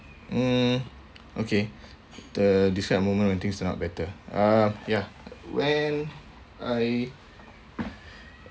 mm okay the describe a moment when things turn out better ah ya when I